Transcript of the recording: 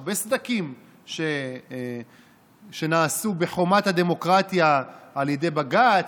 הרבה סדקים שנעשו בחומת הדמוקרטיה על ידי בג"ץ,